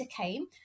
came